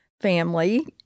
family